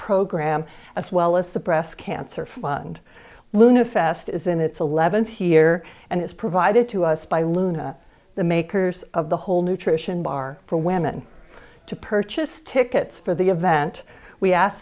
program as well as the breast cancer fund luna fest is in its eleventh year and is provided to us by luna the makers of the whole nutrition bar for women to purchase tickets for the event we ask